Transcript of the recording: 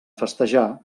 festejar